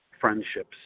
friendships